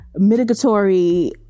mitigatory